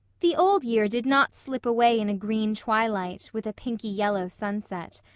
the old year did not slip away in a green twilight, with a pinky-yellow sunset.